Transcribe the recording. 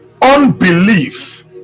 Unbelief